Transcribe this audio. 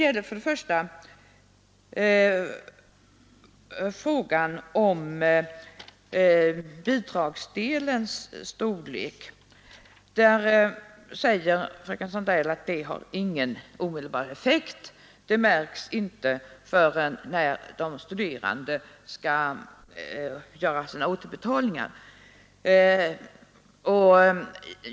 I fråga om bidragsdelens storlek säger fröken Sandell att detta har ingen omedelbar effekt, det märks inte förrän de studerande skall göra sina återbetalningar.